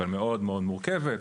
אבל מאוד מאוד מורכבת.